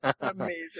Amazing